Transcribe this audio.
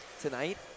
tonight